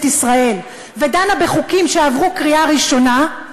ישראל ודנה בחוקים שעברו בקריאה ראשונה,